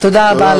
תודה רבה.